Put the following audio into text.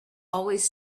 always